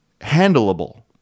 handleable